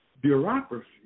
bureaucracy